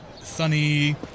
sunny